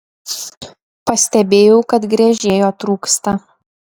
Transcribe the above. pastebėjau kad gręžėjo trūksta